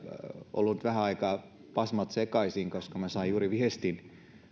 ollut vähän aikaa pasmat sekaisin koska sain juuri viestin